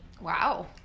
Wow